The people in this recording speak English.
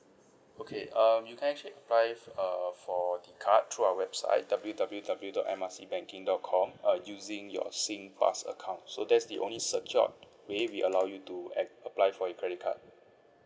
okay um you can actually apply uh for the card through our website W W W dot M R C banking dot com uh using your Singpass account so that's the only secured way we allow you to app~ apply for your credit card